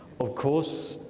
of course,